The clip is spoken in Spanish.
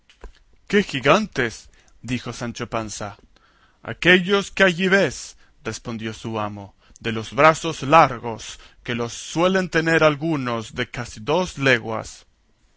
qué gigantes dijo sancho panza aquellos que allí ves respondió su amo de los brazos largos que los suelen tener algunos de casi dos leguas